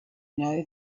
know